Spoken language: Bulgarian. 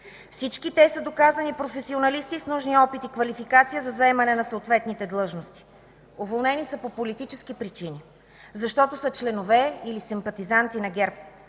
Всички те са доказани професионалисти с нужния опит и квалификация за заемане на съответните длъжности. Уволнени са по политически причини, защото са членове или симпатизанти на ГЕРБ.